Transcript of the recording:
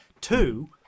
Two